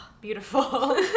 beautiful